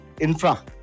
infra